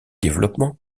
développement